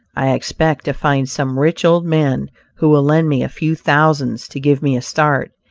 i expect to find some rich old man who will lend me a few thousands to give me a start.